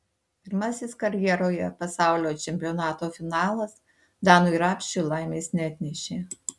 pirmasis karjeroje pasaulio čempionato finalas danui rapšiui laimės neatnešė